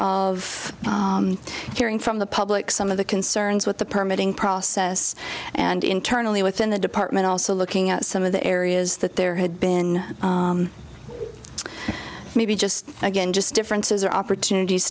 caring from the public some of the concerns with the permitting process and internally within the department also looking at some of the areas that there had been maybe just again just differences are opportunities